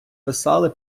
писали